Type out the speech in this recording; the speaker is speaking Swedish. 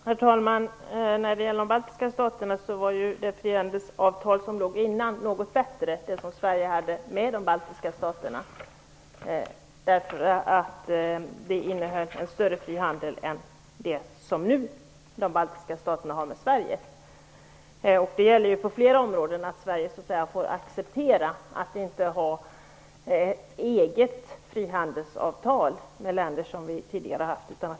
Herr talman! När det gäller de baltiska staterna var det frihandelsavtal som Sverige tidigare hade med de baltiska staterna bättre, eftersom det byggde på en större fri handel än vad de baltiska staterna nu har med Sverige. Sverige får på flera områden acceptera att inte ha egna frihandelsavtal med länder som vi tidigare har haft sådana med.